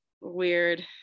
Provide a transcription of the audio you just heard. weird